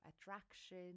attraction